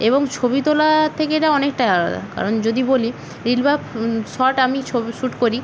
এবং ছবি তোলা থেকে এটা অনেকটাই আলাদা কারণ যদি বলি রিল বা শট আমি ছবি শুট করি